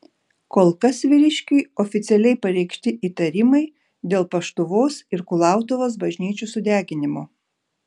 kol kas vyriškiui oficialiai pareikšti įtarimai dėl paštuvos ir kulautuvos bažnyčių sudeginimo